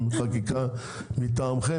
עם חקיקה מטעמכם?